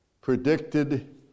predicted